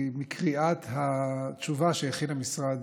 כי מקריאת התשובה שהכין המשרד,